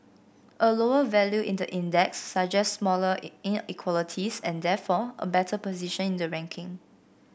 a lower value in the index suggests smaller in inequalities and therefore a better position in the ranking